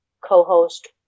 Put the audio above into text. co-host